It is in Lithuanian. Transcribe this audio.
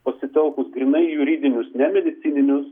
pasitelkus grynai juridinius nemedicininius